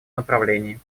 направлении